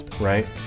right